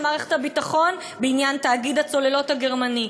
מערכת הביטחון בעניין תאגיד הצוללות הגרמני.